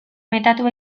metatu